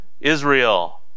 Israel